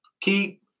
Keep